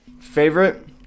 Favorite